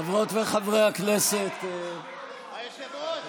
חברות וחברי הכנסת, היושב-ראש,